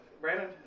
Brandon